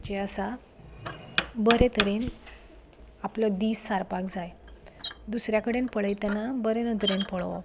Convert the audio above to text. जे आसा बरें तरेन आपलो दीस सारपाक जाय दुसऱ्या कडेन पळयतना बरें नदरेन पळोवप